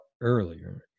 earlier